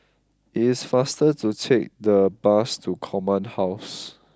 it is faster to take the bus to Command House